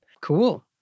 Cool